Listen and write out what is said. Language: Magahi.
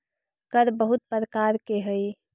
कर बहुत प्रकार के हई